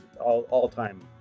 all-time